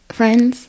friends